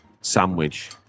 sandwich